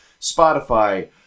Spotify